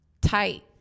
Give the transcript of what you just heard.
tight